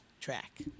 track